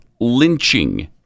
lynching